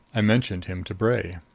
i mentioned him to bray.